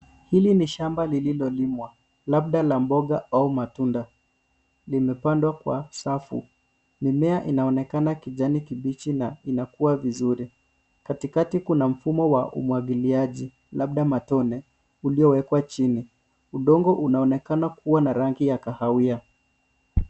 Hili ni shamba lililolimwa, labda la mboga au matunda, limepandwa kwa safu, mimea inaonekana kijani kibichi na inakua vizuri. Katikati kuna mfumo wa umwagiliaji, labda matone, uliowekwa chini. Udongo unaonekana kuwa na rangi ya kahawia.